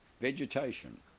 vegetation